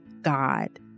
God